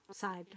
side